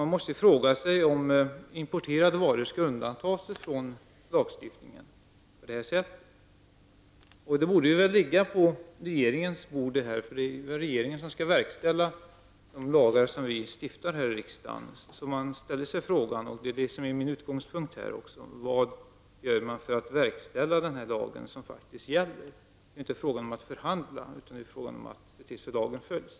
Man måste fråga sig om importerade varor skall undantas från lagstiftningen på detta sätt. Detta borde väl ligga på regeringens bord, eftersom det är regeringen som skall verkställa de lagar som vi stiftar här i riksdagen. Man ställer sig då frågan -- och det är också detta som är min utgångspunkt: Vad görs för att verkställa den lag som faktiskt gäller? Det är inte fråga om att förhandla, utan det är fråga om att se till att lagen efterföljs.